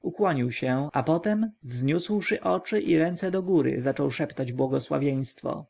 ukłonił się a potem wzniósłszy oczy i ręce do góry zaczął szeptać błogosławieństwo